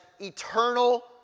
eternal